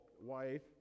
wife